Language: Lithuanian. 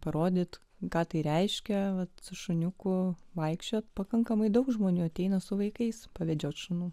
parodyti ką tai reiškia kad su šuniuku vaikščioti pakankamai daug žmonių ateina su vaikais pavedžioti šunų